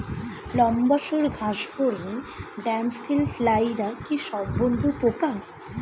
লম্বা সুড় ঘাসফড়িং ড্যামসেল ফ্লাইরা কি সব বন্ধুর পোকা?